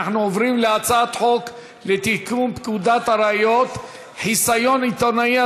אנחנו עוברים להצעת חוק לתיקון פקודת הראיות (חיסיון עיתונאי),